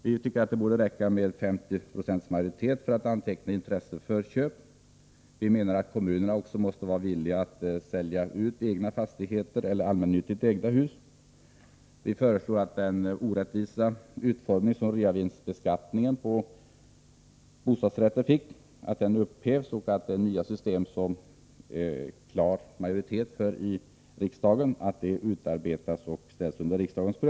Vi tycker det borde räcka med att 50 26 antecknar intresse för köp. Vi menar att kommunerna också måste vara villiga att sälja egna fastigheter eller allmännyttigt ägda hus. Vi föreslår att den orättvisa utformningen av reavinstbeskattningen på bostadsrätt upphävs och att det nya system som det finns klar majoritet för i riksdagen utarbetas och läggs fram för riksdagen.